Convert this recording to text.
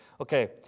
Okay